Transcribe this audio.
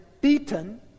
beaten